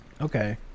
Okay